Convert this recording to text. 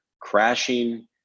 Crashing